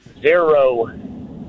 Zero